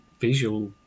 visual